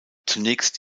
zunächst